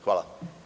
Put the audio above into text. Hvala.